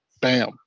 bam